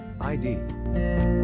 ID